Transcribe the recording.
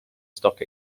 stock